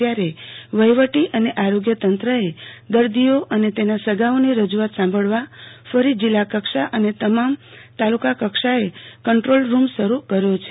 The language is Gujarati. ત્યારે વહીવટી અને આરોગ્ય તંત્રએ દર્દીઓ અને તેના સગાની રજઆત સાંભળવા ફરી જિલ્લા કક્ષા અને તમામ તાલુકામાં કંટ્રોલરૂમ શરૂ કર્યો છ